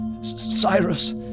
Cyrus